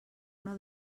una